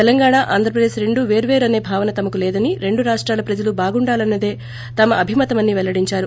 తెలంగాణ ఆంధ్రప్రదేశ్ రెండూ పేర్వేరు అనే భావన తమకు లేదని రెండు రాష్టాల ప్రజలు బాగుండాలన్నదే తమ అభిమతమని పెల్లడిందారు